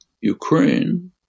Ukraine